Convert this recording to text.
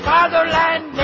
Fatherland